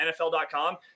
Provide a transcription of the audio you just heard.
NFL.com